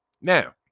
Now